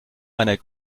meiner